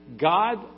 God